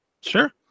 Sure